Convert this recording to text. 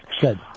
Good